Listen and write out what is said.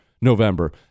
November